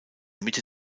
mitte